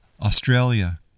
Australia